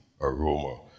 aroma